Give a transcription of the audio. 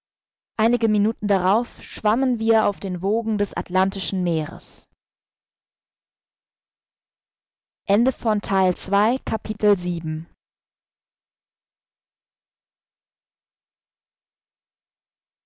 einige minuten darauf schwammen wir auf den wogen des atlantischen meeres